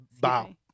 bow